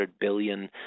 billion